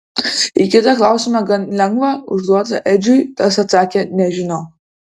į kitą klausimą gan lengvą užduotą edžiui tas atsakė nežinau